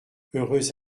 heureuse